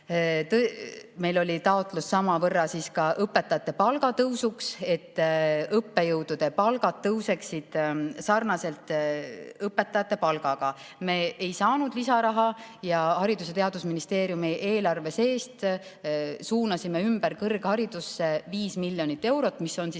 meil oli taotlus samavõrra ka palku tõsta, et õppejõudude palgad tõuseksid sarnaselt õpetajate palgaga. Me ei saanud lisaraha. Haridus‑ ja Teadusministeeriumi eelarve sees suunasime ümber kõrgharidusse 5 miljonit eurot, mis ongi